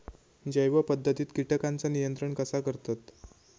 जैव पध्दतीत किटकांचा नियंत्रण कसा करतत?